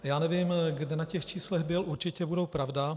Já nevím, kde na těch číslech byl, určitě budou pravda.